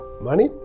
money